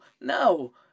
No